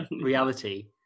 reality